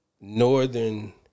northern